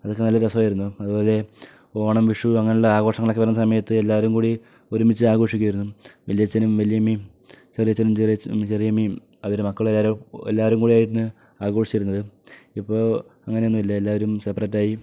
അതൊക്കെ നല്ല രസമായിരുന്നു അതുപോലെ ഓണം വിഷു അങ്ങനെയുള്ള ആഘോഷങ്ങളൊക്കെ വരുന്ന സമയത്ത് എല്ലാവരും കൂടി ഒരുമിച്ച് ആഘോഷിക്കുമായിരുന്നു വല്ല്യച്ഛനും വല്യമ്മയും ചെറിയച്ഛനും ചെറിയമ്മയും അവരെ മക്കളെല്ലാരും എല്ലാവരും കൂടെയായിരുന്നു ആഘോഷിച്ചിരുന്നത് ഇപ്പോൾ അങ്ങനെയൊന്നുമില്ല എല്ലാവരും സെപ്പറേറ്റായി